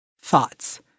Thoughts